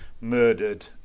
murdered